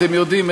אתם יודעים,